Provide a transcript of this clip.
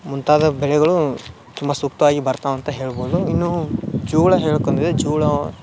ಮುಂತಾದ ಬೆಳೆಗಳೂ ತುಂಬ ಸೂಕ್ತವಾಗಿ ಬರ್ತಾವೆ ಅಂತ ಹೇಳ್ಬೋದು ಇನ್ನು ಜೋಳ ಹೇಳ್ಬೇಕು ಅಂದರೆ ಜೋಳ